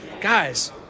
guys